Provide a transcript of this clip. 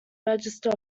register